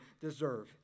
deserve